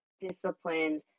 disciplined